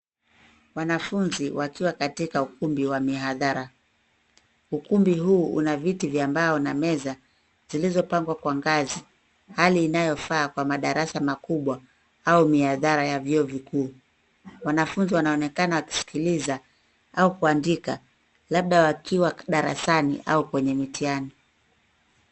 Wanafunzi wakiwa katika ukumbi wa mihadhara. Ukumbi huu una viti cha mbao na meza zilizopangwa kwa ngazi. Hali inayofaa kwa madarasa makubwa au mihadhara ya vyuo vikuu. Wanafunzi wanaonekana wakisikiliza au kuandika labda wakiwa darasani au kwenye mitihani.